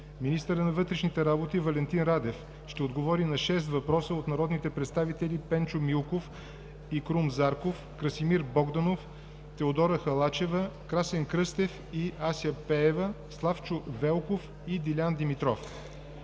Министърът на вътрешните работи Валентин Радев ще отговори на шест въпроса от народните представители Пенчо Милков и Крум Зарков; Красимир Богданов; Теодора Халачева; Красен Кръстев и Ася Пеева; Славчо Велков; и Дилян Димитров.